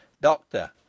Doctor